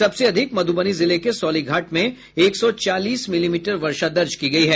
सबसे अधिक मध्रबनी जिले के सौलीघाट में एक सौ चालीस मिलीमीटर वर्षा दर्ज की गयी है